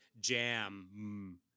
Jam